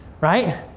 Right